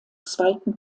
zweiten